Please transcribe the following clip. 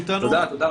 תודה.